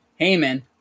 Heyman